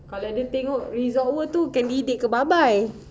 kalau dia tengok result tu candidate ke babai